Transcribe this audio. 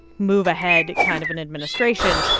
move ahead kind of an administration.